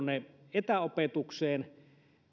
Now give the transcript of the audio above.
etäopetukseen